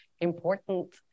important